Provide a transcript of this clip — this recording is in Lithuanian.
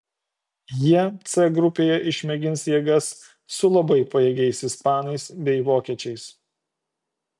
jie c grupėje išmėgins jėgas su labai pajėgiais ispanais bei vokiečiais